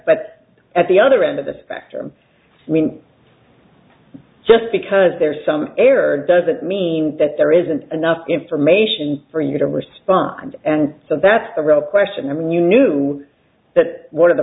but at the other end of the spectrum just because there's some error doesn't mean that there isn't enough information for you to respond and so that's the real question and you knew that one of the